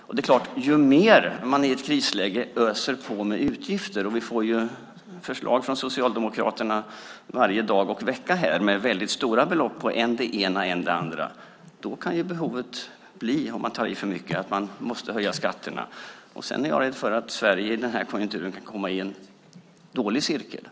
Och det är klart, om man i ett krisläge öser på med utgifter - vi får ju förslag från Socialdemokraterna varje dag och vecka här med väldigt stora belopp för än det ena, än det andra - då kan behovet bli, om man tar i för mycket, att man måste höja skatterna. Sedan är jag rädd för att Sverige i den här konjunkturen kan komma in i en dålig cirkel.